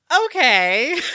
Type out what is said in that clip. Okay